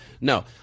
No